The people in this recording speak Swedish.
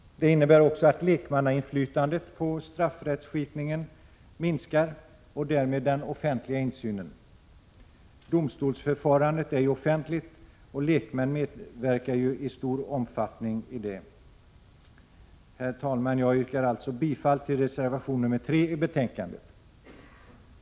Det innebär också att lekmannainflytandet över straffrättskipningen minskar och därmed den offentliga insynen. Domstolsförfarandet är offentligt, och lekmän medverkar där i stor omfattning. Herr talman! Jag yrkar alltså bifall till reservation 3 i betänkandet.